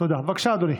בבקשה, אדוני.